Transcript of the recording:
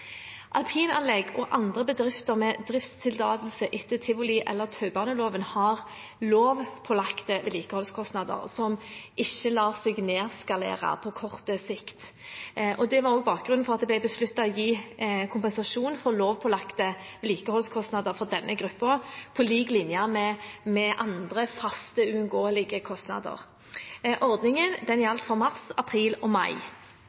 Alpinanlegg og andre bedrifter med driftstillatelse etter tivoliloven eller taubaneloven har lovpålagte vedlikeholdskostnader som ikke lar seg nedskalere på kort sikt. Det var også bakgrunnen for at det ble besluttet å gi kompensasjon for lovpålagte vedlikeholdskostnader for denne gruppen, på lik linje med andre faste, uunngåelige kostnader. Ordningen gjaldt for mars, april og mai.